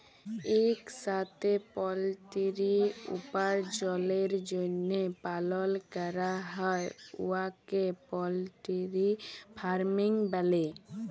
ইকসাথে পলটিরি উপার্জলের জ্যনহে পালল ক্যরা হ্যয় উয়াকে পলটিরি ফার্মিং ব্যলে